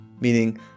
meaning